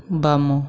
ବାମ